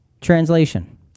Translation